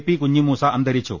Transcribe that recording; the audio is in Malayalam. പി കുഞ്ഞിമൂസ അന്തരിച്ചു